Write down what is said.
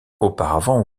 auparavant